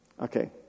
Okay